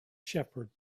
shepherd